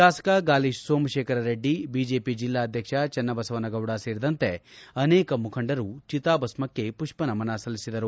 ಶಾಸಕ ಗಾಲಿ ಸೋಮಶೇಖರರೆಡ್ಡಿ ಬಿಜೆಪಿ ಜಿಲ್ಲಾ ಅಧ್ಯಕ್ಷ ಚೆನ್ನಬಸವನಗೌಡ ಸೇರಿದಂತೆ ಅನೇಕ ಮುಖಂಡರು ಚಿತಾಭಸ್ಟಕ್ಷೆ ಪುಷ್ಪ ನಮನ ಸಲ್ಲಿಸಿದರು